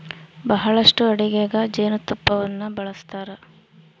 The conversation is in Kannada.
ಬಹಳಷ್ಟು ಅಡಿಗೆಗ ಜೇನುತುಪ್ಪನ್ನ ಬಳಸ್ತಾರ